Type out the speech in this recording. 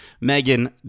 Megan